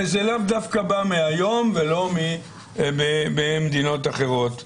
זה לאו דווקא בא מהיום ולא ממדינות אחרות.